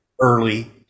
early